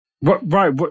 Right